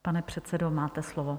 Pane předsedo, máte slovo.